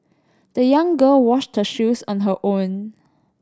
the young girl washed her shoes on her own